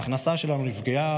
ההכנסה שלנו נפגעה.